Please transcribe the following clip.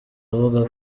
avuga